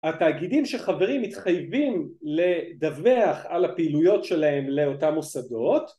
‫התאגידים שחברים מתחייבים ‫לדווח על הפעילויות שלהם לאותם מוסדות?